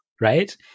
Right